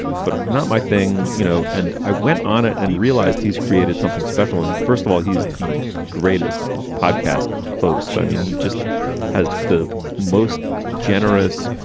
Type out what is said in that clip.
but not my thing, you know? and i went on it and realized he's created something special. and first of all, he is the greatest podcast host. i mean, he just has the most generous,